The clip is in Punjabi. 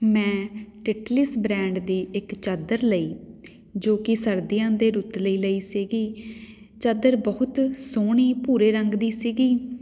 ਮੈਂ ਟਿਟਲਿਸ ਬ੍ਰੈਂਡ ਦੀ ਇੱਕ ਚਾਦਰ ਲਈ ਜੋ ਕਿ ਸਰਦੀਆਂ ਦੀ ਰੁੱਤ ਲਈ ਲਈ ਸੀਗੀ ਚਾਦਰ ਬਹੁਤ ਸੋਹਣੀ ਭੂਰੇ ਰੰਗ ਦੀ ਸੀਗੀ